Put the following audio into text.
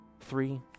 three